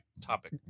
topic